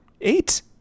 eight